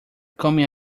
coming